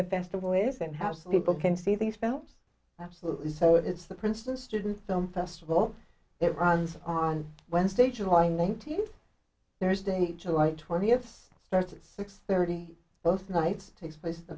the festival is and how some people can see these films absolutely so it's the princeton student film festival it runs on wednesday july nineteenth thursday july twentieth starts at six thirty both nights takes place t